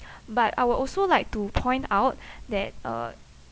but I would also like to point out that uh